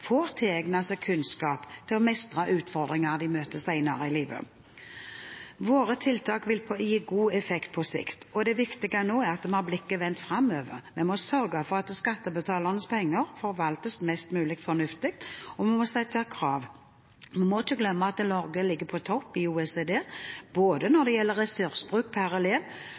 får tilegnet seg kunnskap til å mestre utfordringene de møter senere i livet. Våre tiltak vil gi god effekt på sikt. Det viktige nå er at vi har blikket vendt framover. Vi må sørge for at skattebetalernes penger forvaltes mest mulig fornuftig, og vi må sette krav. Vi må ikke glemme at Norge ligger på topp i OECD når det gjelder